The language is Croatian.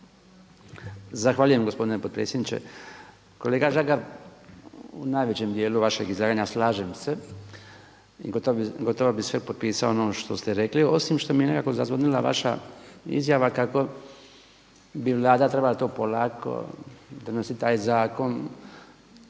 Zahvaljujem gospodine potpredsjedniče. Kolega Žagar u najvećem dijelu vašeg izlaganja slažem se i gotovo bih sve potpisao ono što ste rekli, osim što mi je nekako zazvonila vaša izjava kako bi Vlada trebala to polako, donositi taj zakon,